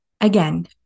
Again